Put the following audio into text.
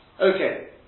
Okay